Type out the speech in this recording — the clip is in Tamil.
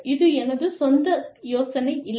இது எனது சொந்த யோசனை இல்லை